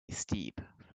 steep